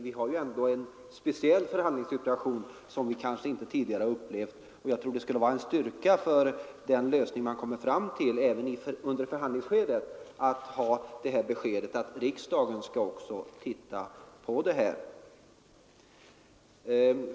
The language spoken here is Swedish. Vi har ändå en speciell förhandlingssituation som vi kanske inte tidigare har upplevt, och jag tror att det skulle vara en styrka i förhandlingsskedet och även för den lösning man kommer fram till att ha fått beskedet att också riksdagen skall titta på detta.